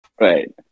right